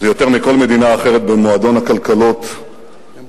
זה יותר מכל מדינה אחרת במועדון הכלכלות האקסקלוסיבי.